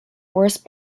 worst